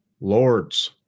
lords